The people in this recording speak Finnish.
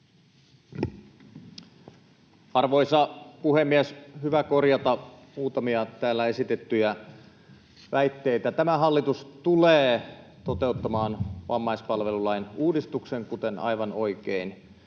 Arvoisa puhemies! On hyvä korjata muutamia täällä esitettyjä väitteitä. Tämä hallitus tulee toteuttamaan vammaispalvelulain uudistuksen, kuten aivan oikein